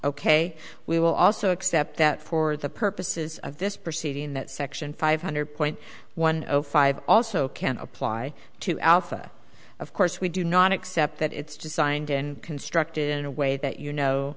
ok we will also accept that for the purposes of this proceeding that section five hundred point one zero five also can apply to alpha of course we do not except that it's designed and constructed in a way that you know